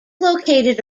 located